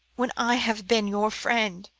when i have been your friend?